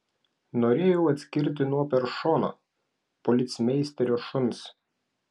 norėjau atskirti nuo peršono policmeisterio šuns